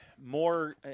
more